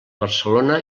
barcelona